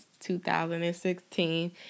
2016